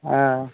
हां